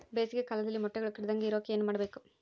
ಬೇಸಿಗೆ ಕಾಲದಲ್ಲಿ ಮೊಟ್ಟೆಗಳು ಕೆಡದಂಗೆ ಇರೋಕೆ ಏನು ಮಾಡಬೇಕು?